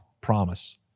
promise